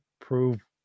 prove